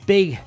Big